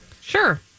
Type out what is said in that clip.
Sure